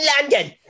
London